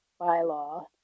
bylaw